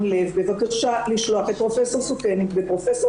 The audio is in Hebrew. לב בבקשה לשלוח את פרופ' סוקניק ופרופ'